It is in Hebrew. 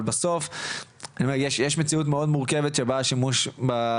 אבל בסוף מה שאני אומר זה שיש מציאות מאוד מורכבת שבה השימוש במערכות